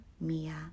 mia